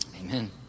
Amen